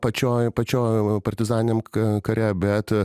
pačioj pačioj partizaniniam kare bet